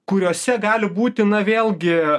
kuriose gali būtina vėlgi